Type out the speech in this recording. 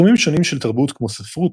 תחומים שונים של תרבות כמו ספרות,